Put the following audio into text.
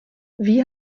wie